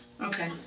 Okay